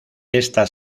esta